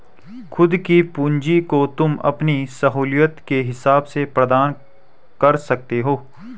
खुद की पूंजी को तुम अपनी सहूलियत के हिसाब से प्रदान कर सकते हो